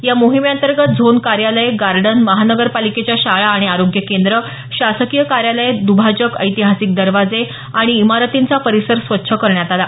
या मोहिमेअंतर्गत झोन कार्यालय गार्डन महानगरपालिकेच्या शाळा आणि आरोग्य केंद्र शासकीय कार्यालय दुभाजक ऐतिहासिक दरवाजे आणि इमारतींचा परिसर स्वच्छ करण्यात आला